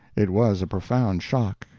it was a profound shock,